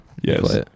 Yes